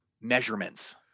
measurements